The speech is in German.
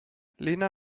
lena